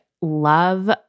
love